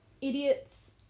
idiots